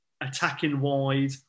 attacking-wide